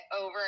over